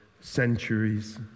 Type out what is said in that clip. Centuries